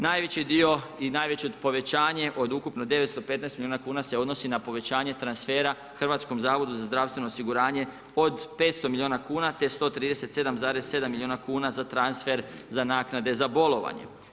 Najveći dio i najveće povećanje od ukupno 915 milijuna kuna se odnosi na povećanje transfera HZZO-u od 500 milijuna kuna te 137,7 milijuna kuna za transfer za naknade za bolovanje.